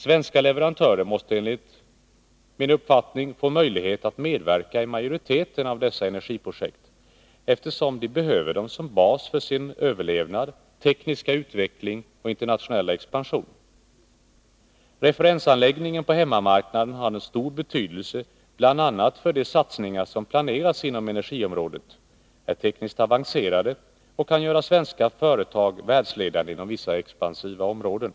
Svenska leverantörer måste enligt min uppfattning få möjlighet att medverka i majoriteten av dessa energiprojekt, eftersom de behöver dem som bas för sin överlevnad, tekniska utveckling och internationella expansion. Referensanläggningen på hemmamarknaden har stor betydelse bl.a. för de satsningar som planeras inom energiområdet, är tekniskt avancerade och kan göra svenska företag världsledande inom vissa expansiva områden.